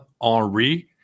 Henri